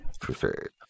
Preferred